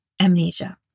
amnesia